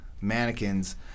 mannequins